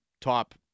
top